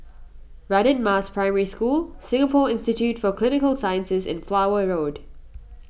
Radin Mas Primary School Singapore Institute for Clinical Sciences and Flower Road